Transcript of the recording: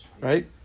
right